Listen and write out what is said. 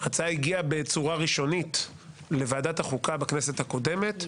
ההצעה הגיעה בצורה ראשונית לוועדת החוקה בכנסת הקודמת,